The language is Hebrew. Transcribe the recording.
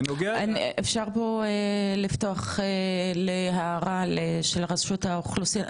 אפשר פה לפתוח להערה של רשות האוכלוסין,